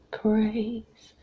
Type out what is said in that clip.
praise